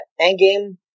Endgame